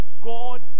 God